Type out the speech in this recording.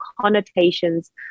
connotations